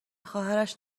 خواهرش